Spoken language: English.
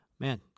Man